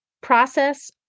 process